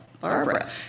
Barbara